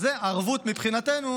שזו ערבות מבחינתנו